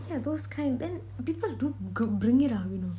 yeah those kind then people do gro~ bring it out you know